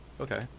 okay